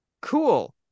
Cool